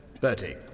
Bertie